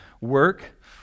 work